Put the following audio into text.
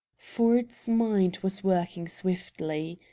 ford's mind was working swiftly.